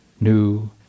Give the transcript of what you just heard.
new